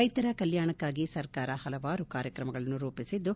ರೈತರ ಕಲ್ಹಾಣಕ್ಕಾಗಿ ಸರ್ಕಾರ ಹಲವಾರು ಕಾರ್ಯಕ್ರಮಗಳನ್ನು ರೂಪಿಸಿದ್ದು